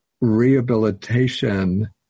rehabilitation